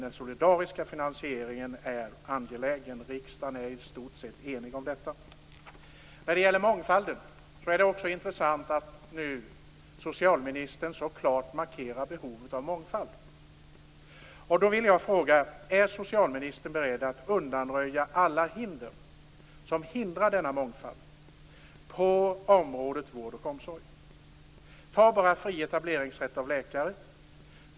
Den solidariska finansieringen är angelägen, och riksdagen är i stort sett enig om detta. Det är också intressant att socialministern nu så klart markerar behovet av mångfald. Är socialministern beredd att undanröja alla hinder för denna mångfald på området vård och omsorg? Ta bara fri etableringsrätt för läkare som exempel.